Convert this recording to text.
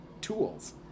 tools